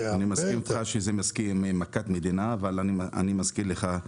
אני מסכים איתך שזו מכת מדינה אבל אני מזכיר לך,